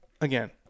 again